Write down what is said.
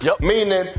meaning